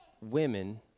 women